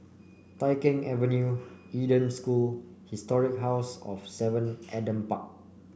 Tai Keng Avenue Eden School and Historic House of Seven Adam Park